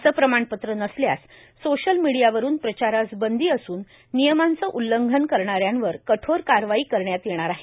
असे प्रमाणपत्र नसल्यास सोशल मिडीयावरून प्रचारास बंदी असून नियमांचे उल्लंघन करणाऱ्यांवर कठोर कार्यवाही करण्यात येणार आहे